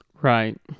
right